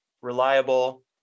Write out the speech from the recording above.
reliable